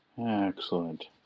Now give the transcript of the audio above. Excellent